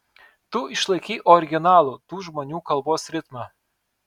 tu išlaikei originalų tų žmonių kalbos ritmą